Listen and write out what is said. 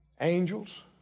Angels